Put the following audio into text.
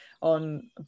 on